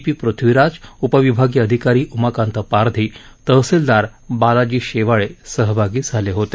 P Prithviraj उपविभागीय अधिकारी उमाकांत पारधी तहसिलदार बालाजी शेवाळे सहभागी होते